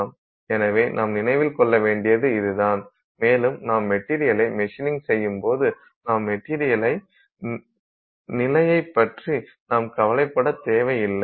எனவே நாம் நினைவில் கொள்ள வேண்டியது இதுதான் மேலும் நாம் மெட்டீரியலை மிஷினிங் செய்யும் போது நாம் மெட்டீரியலை நிலையைப் பற்றி நாம் கவலைப்படத் தேவையில்லை